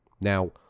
Now